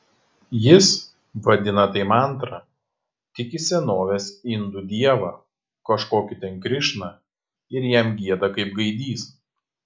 jis vadina tai mantra tiki senovės indų dievą kažkokį ten krišną ir jam gieda kaip gaidys